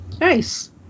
Nice